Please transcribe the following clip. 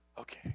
Okay